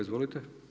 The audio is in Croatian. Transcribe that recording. Izvolite.